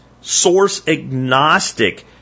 source-agnostic